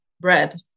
bread